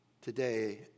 today